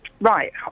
Right